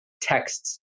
texts